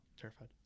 Terrified